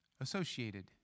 associated